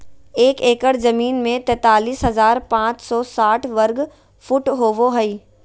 एक एकड़ जमीन में तैंतालीस हजार पांच सौ साठ वर्ग फुट होबो हइ